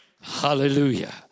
Hallelujah